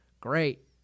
Great